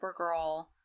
Supergirl